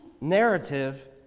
narrative